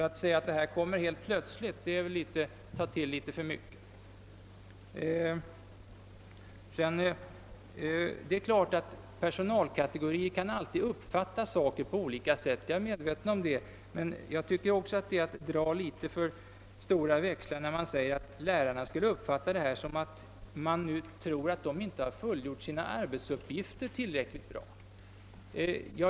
Att säga att detta förslag kommer helt plötsligt är väl att ta till litet för mycket. Det är klart att personalkategorier alltid kan uppfatta saker på olika sätt. Jag är medveten om det, men jag tycker, att det är att dra litet för stora växlar, när man säger, att lärarna skulle uppfatta detta så att de nu tror, att de inte har fullgjort sina arbetsuppgifter tillräckligt bra.